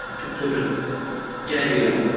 सुठो सुठो जय झूलेलाल